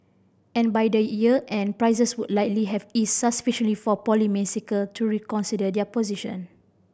and by the year end prices would likely have eased sufficiently for to reconsider their position